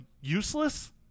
useless